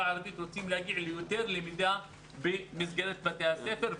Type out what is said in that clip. הערבית רוצים להגיע ליותר למידה במסגרת בתי הספר.